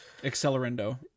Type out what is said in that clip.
Accelerando